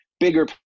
bigger